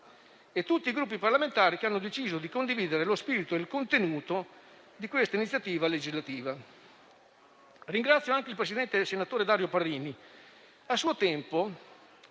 e tutti i Gruppi parlamentari che hanno deciso di condividere lo spirito e il contenuto di questa iniziativa legislativa. Ringrazio anche il senatore Dario Parrini, che a suo tempo,